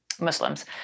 Muslims